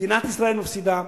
מדינת ישראל מפסידה,